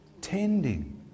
tending